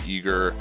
Eager